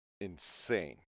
Insane